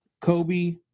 Kobe